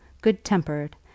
good-tempered